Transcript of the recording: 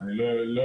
אני לא יודע,